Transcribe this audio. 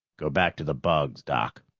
go back to the bugs, doc.